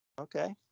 Okay